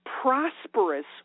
prosperous